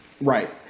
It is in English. right